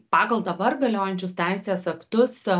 pagal dabar galiojančius teisės aktus ta